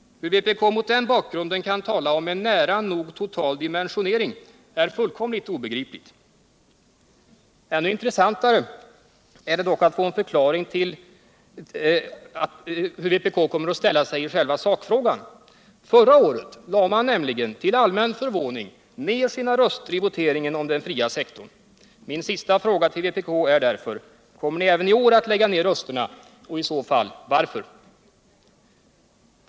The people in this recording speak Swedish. Hur vpk mot den bakgrunden kan tala om en ”nära nog total dimensionering” är fullkomligt obegripligt. Ännu intressantare än att få en förklaring till den egendomligheten är dock att få veta hur vpk ställer sig i själva sakfrågan. Förra året lade man nämligen, till allmän förvåning, ner sina röster i voteringen om den fria sektorn. Min sista fråga till vpk är därför: Kommer ni även i år att lägga ner rösterna och i så fall varför?